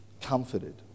comforted